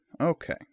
Okay